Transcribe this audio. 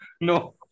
No